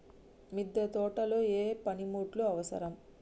మిద్దె తోటలో ఏ పనిముట్లు అవసరం?